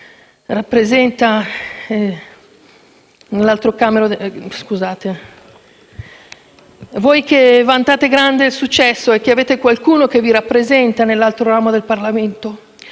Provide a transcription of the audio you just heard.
voi che vantate grande successo e che avete qualcuno che vi rappresenta nell'altro ramo del Parlamento.